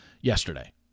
yesterday